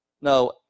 No